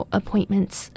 appointments